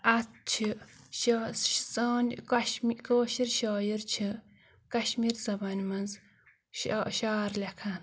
اَتھ چھِ شا سٲنۍ کش کٲشِر شٲعر چھِ کَشمیٖر زبانہِ منٛز شع شعر لیکھان